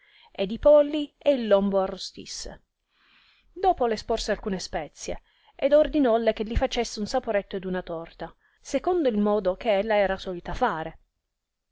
ed i polli e il lombo arrostisse dopo le sporse alcune spezie ed ordinolle che li facesse un saporetto ed una torta secondo il modo che ella era solita a fare